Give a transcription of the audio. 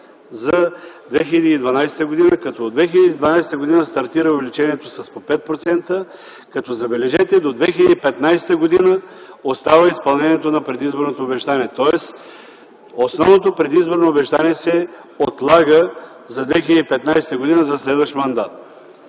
за 2012 г., като от 2010 г. стартира увеличението с по 5%, забележете, до 2015 г. Остава изпълнението на предизборното обещание. Тоест основното предизборно обещание се отлага за 2015 г. – за следващ мандат.